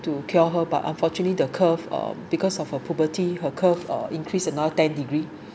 to cure her but unfortunately the curve uh because of her puberty her curve uh increase another ten degree